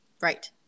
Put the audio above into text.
Right